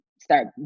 start